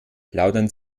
plaudern